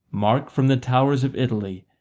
mark from the towers of italy,